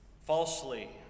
falsely